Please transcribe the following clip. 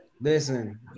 Listen